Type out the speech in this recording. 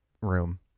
room